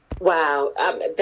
Wow